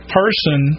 person